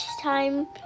time